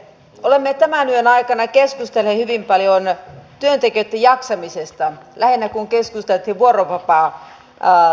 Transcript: olemme tämän yön aikana keskustelleet hyvin paljon työntekijöitten jaksamisesta lähinnä kun keskusteltiin vuorotteluvapaalainsäädännön uudistuksesta